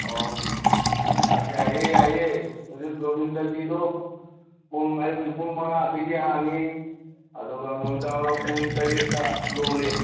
ꯑꯣ ꯑꯧ ꯌꯥꯏꯌꯦ ꯌꯥꯏꯌꯦ ꯍꯧꯖꯤꯛ ꯒꯣꯕꯤꯟꯗꯒꯤꯗꯣ ꯄꯨꯡ ꯑꯌꯨꯛꯀꯤ ꯄꯨꯡ ꯃꯉꯥꯗꯒꯤ ꯍꯥꯡꯉꯦ ꯑꯗꯨꯒ ꯅꯨꯃꯤꯗꯥꯡꯋꯥꯏꯔꯝ ꯄꯨꯡ ꯇꯔꯦꯠꯇ ꯂꯣꯜꯂꯤ